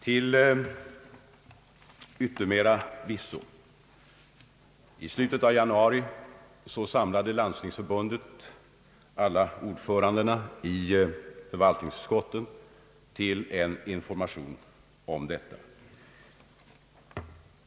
Till yttermera visso: i slutet av januari samlade Landstingsförbundet alla ordförandena i förvaltningsutskotten till en informationsträff om detta.